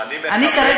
אני מכבד את האירוע,